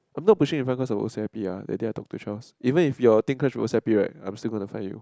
I'm not pushing in front because our O_C_I_P that day I talked to Charles even if your thing clash with O_C_I_P right I'm still gonna find you